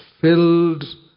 filled